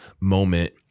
moment